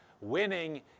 Winning